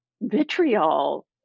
vitriol